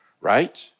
right